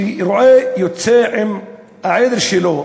כשרועה יוצא עם העדר שלו,